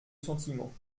sentiments